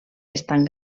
estan